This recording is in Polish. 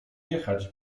jechać